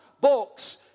books